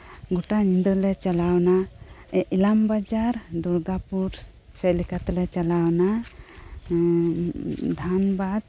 ᱜᱚᱴᱟ ᱧᱤᱫᱟᱹᱞᱮ ᱪᱟᱞᱟᱣᱮᱱᱟ ᱤᱞᱟᱹᱢ ᱵᱟᱡᱟᱨ ᱫᱩᱨᱜᱟᱯᱩᱨ ᱥᱮᱫᱞᱮᱠᱟ ᱛᱮᱞᱮ ᱪᱟᱞᱟᱣᱮᱱᱟ ᱫᱷᱟᱱᱵᱟᱫ